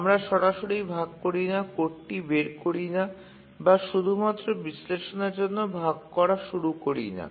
আমরা সরাসরি ভাগ করি না কোডটি বের করি না বা শুধুমাত্র বিশ্লেষণের জন্য ভাগ করা শুরু করি না